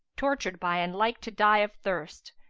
tortured by and like to die of thirst,